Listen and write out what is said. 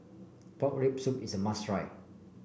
Pork Rib Soup is a must try